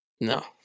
No